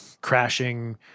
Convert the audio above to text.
crashing